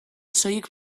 soilik